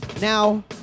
Now